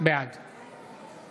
בעד